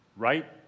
right